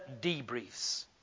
debriefs